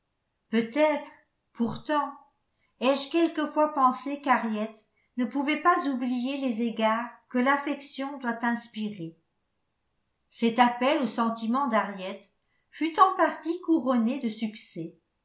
peut-être pourtant ai-je quelquefois pensé qu'henriette ne pouvait pas oublier les égards que l'affection doit inspirer cet appel aux sentiments d'henriette fut en partie couronné de succès